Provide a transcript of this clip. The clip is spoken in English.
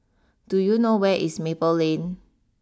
do you know where is Maple Lane